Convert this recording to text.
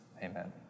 Amen